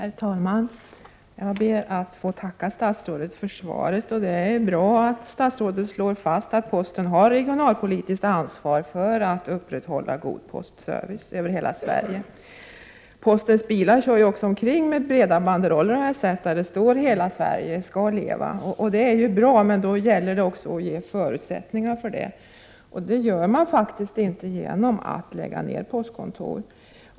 Herr talman! Jag ber att få tacka statsrådet för svaret. Det är bra att statsrådet slår fast att posten har regionalpolitiskt ansvar för att upprätthålla god postservice över hela Sverige. Postens bilar kör ju också omkring med breda banderoller, där det står: ”Hela Sverige ska leva”. Det är bra, men då gäller det att ge förutsättningar för det. Det gör man inte genom att lägga ned postkontor.